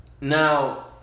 Now